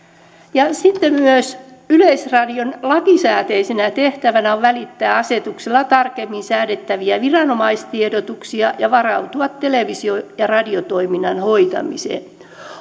sitten myös yleisradion lakisääteisenä tehtävänä on välittää asetuksella tarkemmin säädettäviä viranomaistiedotuksia ja varautua televisio ja radiotoiminnan hoitamiseen